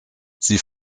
sie